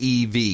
EV